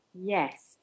Yes